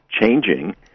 changing